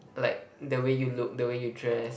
like the way you look the way you dress